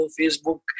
Facebook